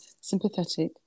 sympathetic